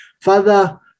Father